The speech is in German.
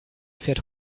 fährt